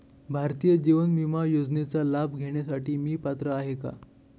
भारतीय जीवन विमा योजनेचा लाभ घेण्यासाठी मी पात्र आहे का?